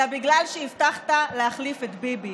אלא בגלל שהבטחת להחליף את ביבי.